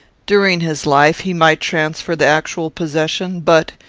during his life, he might transfer the actual possession but,